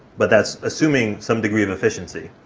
but that's assuming some degree of efficiency,